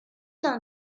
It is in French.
dans